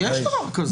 יש דבר כזה.